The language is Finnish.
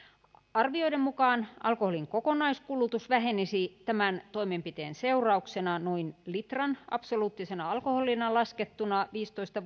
arvioiden mukaan alkoholin kokonaiskulutus vähenisi tämän toimenpiteen seurauksena noin litran absoluuttisena alkoholina laskettuna viisitoista